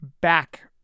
back